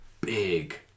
big